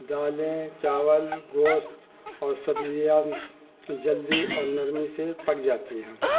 دالیں چاول گوشت اور سبزیاں جلدی اور نرمی سے پک جاتی ہیں